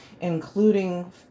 including